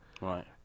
Right